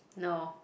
no